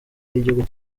h’igihugu